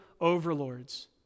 overlords